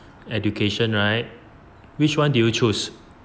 education right which one did you choose